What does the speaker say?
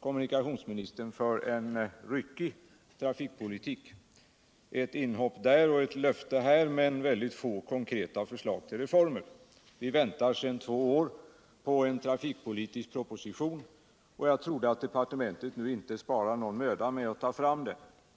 kommunikationsministern för en ryckig trafikpolitik — ett inhopp här och ett löfte där, men väldigt få konkreta förslag till reformer. Vi väntar sedan två år på en trafikpolitisk proposition. Jag trodde att departementet nu inte sparade någon möda för att få fram den propositionen.